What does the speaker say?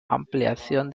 ampliación